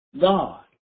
god